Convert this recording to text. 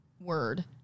word